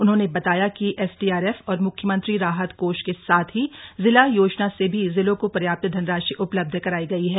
उन्होंने बताया कि एसडीआरएफ और मुख्यमंत्री राहत कोष के साथ ही जिला योजना से भी जिलों को पर्याप्त धनराशि उपलब्ध कराई गई है